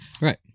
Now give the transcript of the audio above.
Right